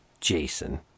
Jason